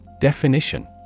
Definition